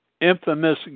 infamous